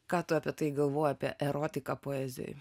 ką tu apie tai galvoji apie erotiką poezijoj